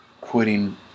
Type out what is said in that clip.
quitting